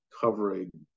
covering